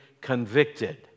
convicted